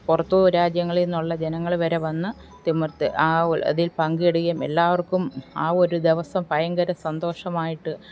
പുറത്തൂ രാജ്യങ്ങളില്നിന്നുള്ള ജനങ്ങൾ വരെ വന്ന് തിമിർത്ത് അതിൽ പങ്കിടുകയും എല്ലാവർക്കും ആ ഒരു ദിവസം ഭയങ്കര സന്തോഷമായിട്ട്